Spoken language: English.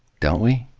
don't we?